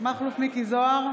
מכלוף מיקי זוהר,